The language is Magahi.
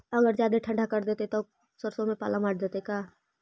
अगर जादे ठंडा कर देतै तब सरसों में पाला मार देतै का?